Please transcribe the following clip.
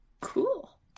Cool